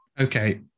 Okay